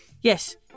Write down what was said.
Yes